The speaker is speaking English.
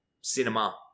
cinema